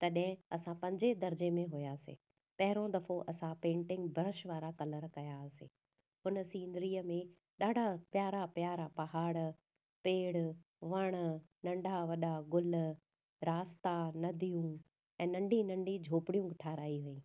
तॾहिं असां पंजे दर्जे में हुआसीं पहिरों दफ़ो असां पेंटिंग ब्रश वारा कलर कयासी उन सीनरीअ में ॾाढा प्यारा प्यारा पहाड़ पेड़ वण नंढा वॾा ग़ुल रास्ता नदियूं ऐं नंढी नंढी झोपड़ियूं ठाराही हुई